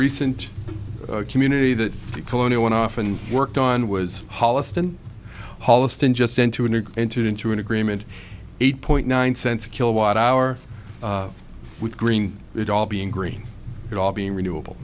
recent community that the colonial went off and worked on was holliston holliston just into a new entered into an agreement eight point nine cents a kilowatt hour with green it all being green it all being renewable